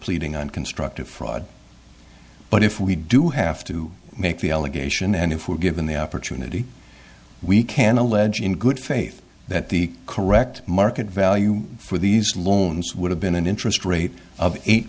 pleading unconstructive fraud but if we do have to make the allegation and if we're given the opportunity we can allege in good faith that the correct market value for these loans would have been an interest rate of eight